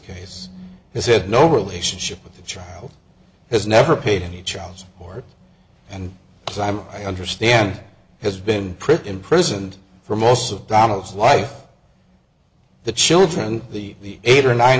case has had no relationship with the child has never paid any child support and climate i understand has been pretty imprisoned for most of donald's life the children the eight or nine